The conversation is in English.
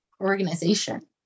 organization